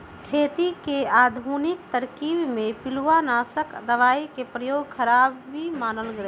खेती के आधुनिक तरकिब में पिलुआनाशक दबाई के प्रयोग खराबी मानल गेलइ ह